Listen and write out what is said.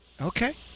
okay